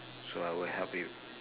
so I will help with